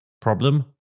problem